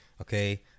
okay